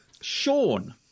Sean